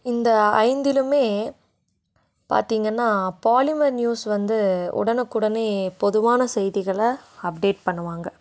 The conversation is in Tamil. இந்த ஐந்திலுமே பார்த்தீங்கன்னா பாலிமர் நியூஸ் வந்து உடனுக்குடனே பொதுவான செய்திகளை அப்டேட் பண்ணுவாங்கள்